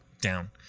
down